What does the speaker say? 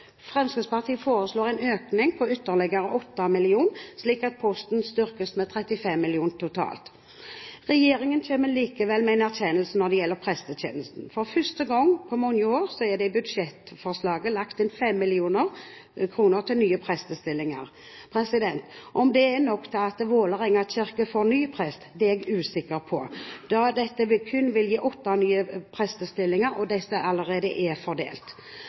Fremskrittspartiet foreslår en økning på ytterligere 8 mill. kr, slik at posten styrkes med 35 mill. kr totalt. Regjeringen kommer likevel med en erkjennelse når det gjelder prestetjenesten. For første gang på mange år er det i budsjettforslaget lagt inn 5 mill. kr til nye prestestillinger. Om det er nok til at Vålerenga kirke får ny prest, er jeg usikker på, da dette kun vil gi åtte nye prestestillinger, og disse allerede er fordelt.